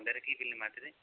ସନ୍ଧ୍ୟାରେ କି ଫିଲ୍ମ ବାହାରିଛି ରେ